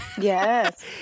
Yes